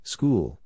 School